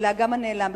האגם הנעלם.